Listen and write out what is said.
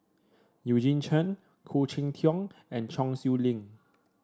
Eugene Chen Khoo Cheng Tiong and Chong Siew Ying